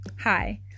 Hi